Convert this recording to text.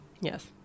Yes